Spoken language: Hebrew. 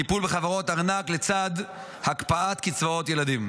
טיפול בחברות ארנק לצד הקפאת קצבאות ילדים.